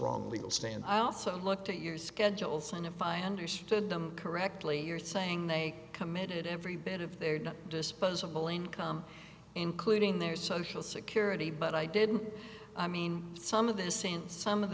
wrong legal stand i also look to your schedules and if i understood them correctly you're saying they committed every bit of their not disposable income including their social security but i didn't i mean some of this in some of